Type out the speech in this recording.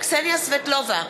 קסניה סבטלובה,